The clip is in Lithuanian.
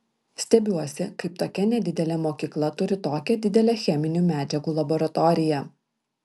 stebiuosi kaip tokia nedidelė mokykla turi tokią didelę cheminių medžiagų laboratoriją